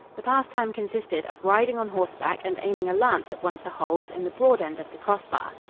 the pastime consisted of riding on horseback and aiming a lance at one of the holes in the broad end of the crossbar.